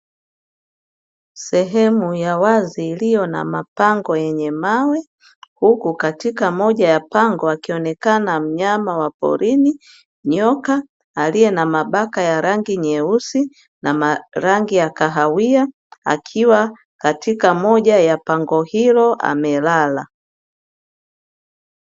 Sehemu ya wazi iliyo na mapango yenye mawe huku katika moja ya pango akionekana mnyama wa porini, nyoka aliye na mabaka ya rangi nyeusi na rangi ya kahawia akiwa katika moja ya pango hilo amelala.